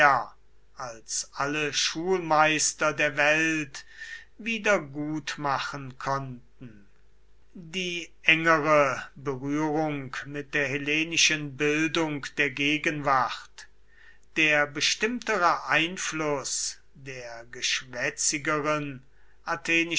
als alle schulmeister der welt wieder gutmachen konnten die engere berührung mit der hellenischen bildung der gegenwart der bestimmtere einfluß der